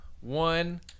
one